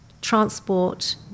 transport